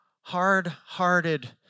hard-hearted